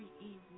easy